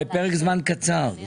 אבל אתה בפרק זמן קצר.